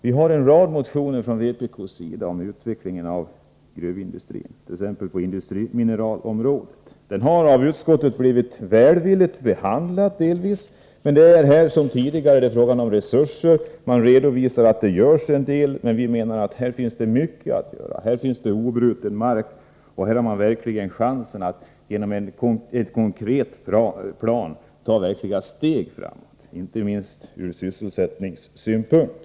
Vi har från vpk:s sida väckt en rad motioner om utvecklingen av gruvindustrin, t.ex. en som gäller industrimineralområdet. Denna motion har av utskottet blivit delvis välvilligt behandlad. Här som tidigare är det emellertid fråga om resurser. Man redovisar att det görs en del, men vi menar att det på det här området finns mycket att göra. Här finns obruten mark, och här har man verkligen chans att genom en konkret plan ta ordentliga steg framåt — inte minst ur sysselsättningssynpunkt.